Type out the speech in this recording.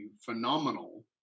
phenomenal